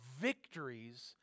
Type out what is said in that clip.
victories